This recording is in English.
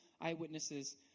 eyewitnesses